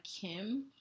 Kim